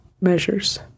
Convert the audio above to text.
measures